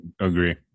Agree